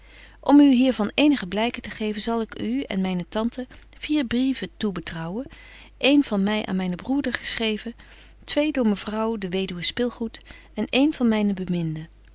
om u hier van eenige blyken te geven zal ik u en myne tante vier brieven toebetrouwen een van my aan mynen broeder geschrebetje wolff en aagje deken historie van mejuffrouw sara burgerhart ven twéé door mevrouw de weduwe spilgoed en een van myne beminde